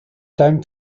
time